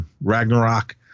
Ragnarok